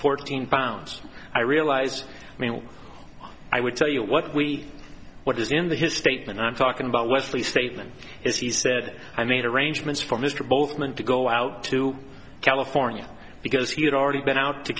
fourteen pounds i realize i mean i would tell you what we what is in the his statement i'm talking about wesley statement is he said i made arrangements for mr both meant to go out to california because he had already been out to